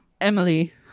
Emily